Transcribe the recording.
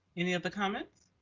any other comments?